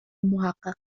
محقق